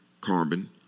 carbon